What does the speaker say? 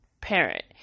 parent